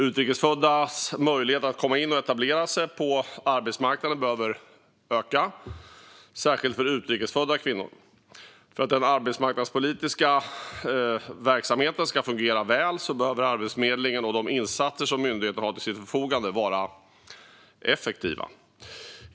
Utrikes föddas möjligheter att komma in och etablera sig på arbetsmarknaden behöver öka; det gäller särskilt utrikes födda kvinnor. För att den arbetsmarknadspolitiska verksamheten ska fungera väl behöver Arbetsförmedlingen och de insatser som myndigheten har till sitt förfogande vara effektiva.